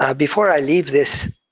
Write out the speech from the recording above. ah before i leave this.